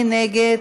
מי נגד?